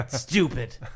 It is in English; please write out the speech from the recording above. Stupid